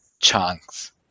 chunks